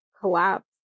collapse